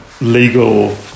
legal